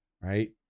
Right